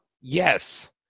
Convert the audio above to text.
Yes